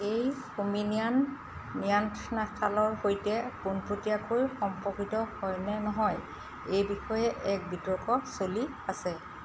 এই হোমিনিয়ান নিয়াণ্ঠনাথ ঠালৰ সৈতে পোনপটীয়াকৈ সম্পৰ্কিত হয়নে নহয় সেই বিষয়ে এক বিতৰ্ক চলি আছে